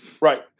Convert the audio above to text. Right